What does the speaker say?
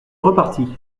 repartit